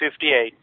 58